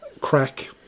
crack